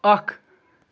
اکھ